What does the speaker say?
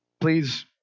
please